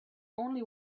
only